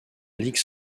ligue